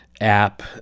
app